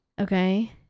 Okay